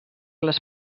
les